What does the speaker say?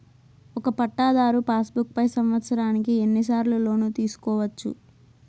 ఒక పట్టాధారు passbook పై సంవత్సరానికి ఎన్ని సార్లు లోను తీసుకోవచ్చు?